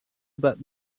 about